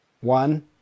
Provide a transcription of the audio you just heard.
One